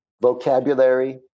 Vocabulary